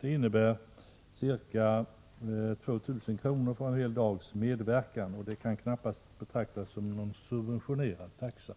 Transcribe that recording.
Det innebär ca 2 000 kr. för en hel dags medverkan, och det kan knappast betraktas som en subventionerad taxa.